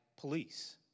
police